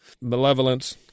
malevolence